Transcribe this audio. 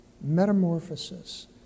metamorphosis